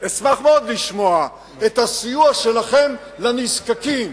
אשמח מאוד לשמוע על הסיוע שלכם לנזקקים.